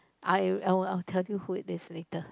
I I will I will tell you who is it later